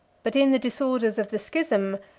but in the disorders of the schism,